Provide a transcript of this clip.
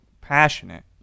passionate